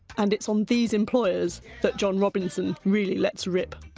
and it's on these employers that john robinson really lets rip.